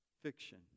Fiction